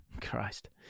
Christ